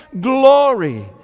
glory